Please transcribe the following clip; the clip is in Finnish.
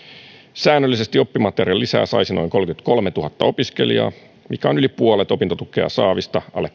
säännöllisesti oppimateriaalilisää saisi noin kolmekymmentäkolmetuhatta opiskelijaa mikä on yli puolet opintotukea saavista alle